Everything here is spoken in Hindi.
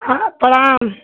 हाँ प्रणाम